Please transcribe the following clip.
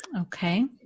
Okay